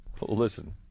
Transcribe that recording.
Listen